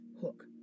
hook